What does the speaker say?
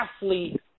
athlete